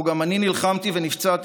שבו גם אני נלחמתי ונפצעתי,